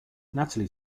natalie